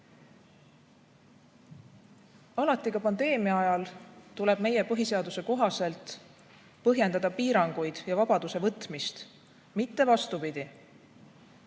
Alati, ka pandeemia ajal, tuleb meie põhiseaduse kohaselt põhjendada piiranguid ja vabaduse võtmist, mitte vastupidi.